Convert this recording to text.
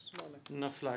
נפלה.